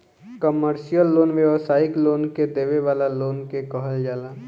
commercial loan व्यावसायिक लोग के देवे वाला लोन के कहल जाला